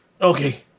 Okay